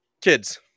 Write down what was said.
kids